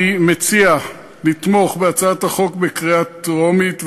אני מציע לתמוך בהצעת החוק בקריאה טרומית,